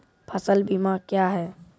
फसल बीमा क्या हैं?